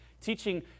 Teaching